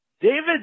David